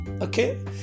Okay